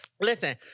Listen